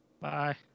Bye